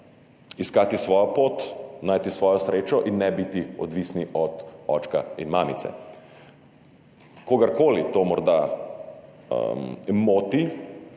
iskati svojo pot, najti svojo srečo in ne biti odvisni od očka in mamice. Kogarkoli to morda moti